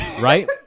right